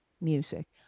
music